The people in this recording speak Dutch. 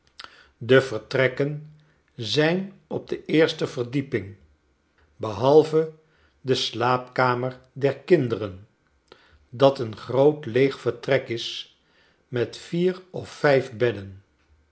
de vertrekken zijn op de eerste verdieping behalve de slaapkamer der kinderen dat een groot leeg vertrek is met vier of vijf bedden